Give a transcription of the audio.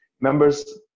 members